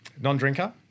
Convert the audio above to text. Non-drinker